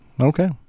okay